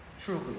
truly